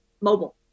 mobile